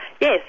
Yes